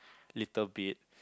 little bit